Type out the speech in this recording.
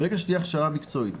ברגע שתהיה הכשרה מקצועית,